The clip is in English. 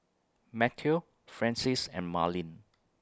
Matteo Francis and Marlin